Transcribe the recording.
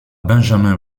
benjamin